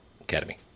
Academy